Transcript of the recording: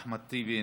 אחמד טיבי,